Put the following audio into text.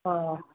ਹਾਂ